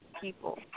people